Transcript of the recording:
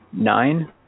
Nine